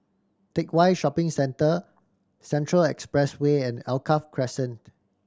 Teck Whye Shopping Centre Central Expressway and Alkaff Crescent